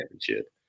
championship